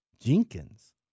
Jenkins